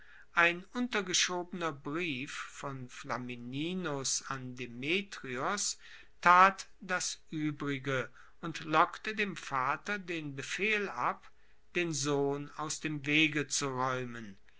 ein untergeschobener brief von flamininus an demetrios tat das uebrige und lockte dem vater den befehl ab den sohn aus dem wege zu raeumen